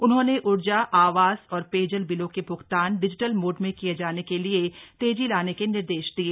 उन्होंने ऊर्जा आवास और पेयजल बिलों के भ्गतान डिजिटल मोड में किए जाने के लिए तेजी लाने के निर्देश दिए